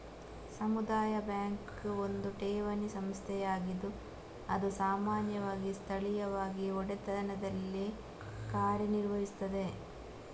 ಸಮುದಾಯ ಬ್ಯಾಂಕ್ ಒಂದು ಠೇವಣಿ ಸಂಸ್ಥೆಯಾಗಿದ್ದು ಅದು ಸಾಮಾನ್ಯವಾಗಿ ಸ್ಥಳೀಯವಾಗಿ ಒಡೆತನದಲ್ಲಿ ಕಾರ್ಯ ನಿರ್ವಹಿಸುತ್ತದೆ